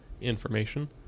information